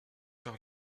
par